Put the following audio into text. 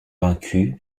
vaincu